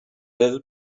little